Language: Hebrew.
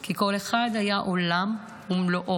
כי כל אחד היה עולם ומלואו.